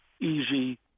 easy